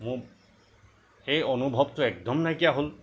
মোৰ সেই অনুভৱটো একদম নাইকিয়া হ'ল